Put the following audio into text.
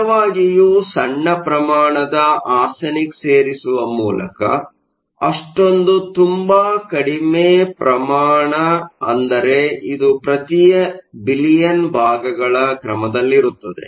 ನಿಜವಾಗಿಯೂ ಸಣ್ಣ ಪ್ರಮಾಣದ ಆರ್ಸೆನಿಕ್ ಸೇರಿಸುವ ಮೂಲಕ ಅಷ್ಟೊಂದು ತುಂಬಾ ಕಡಿಮೆ ಪ್ರಮಾಣ ಅಂದರೆ ಇದು ಪ್ರತಿ ಬಿಲಿಯನ್ ಭಾಗಗಳ ಕ್ರಮದಲ್ಲಿರುತ್ತದೆ